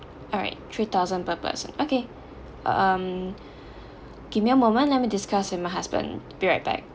all right three thousand per person okay um give me a moment let me discuss with my husband be right back